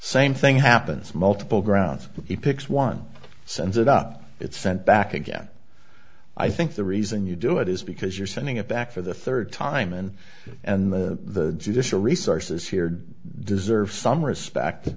same thing happens multiple grounds he picks one sends it up it's sent back again i think the reason you do it is because you're sending it back for the third time and and the judicial resources here deserve some respect